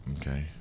Okay